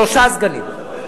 שלושה סגנים.